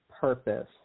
purpose